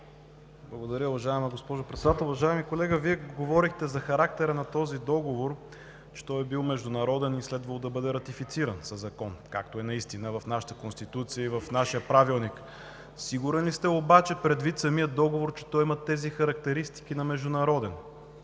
Благодаря, уважаема госпожо Председател. Уважаеми колега, Вие говорихте за характера на този договор, че той е бил международен и следвало да бъде ратифициран със закон, както е наистина в нашата Конституция и в нашия Правилник. Сигурен ли сте обаче, предвид самия договор, че той има тези характеристики на международен